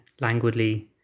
languidly